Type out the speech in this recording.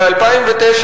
ב-2009,